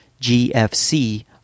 GFC